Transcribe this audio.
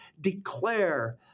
declare